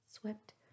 swept